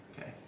Okay